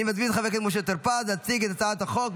אני מזמין את חבר הכנסת משה טור פז להציג את הצעת החוק,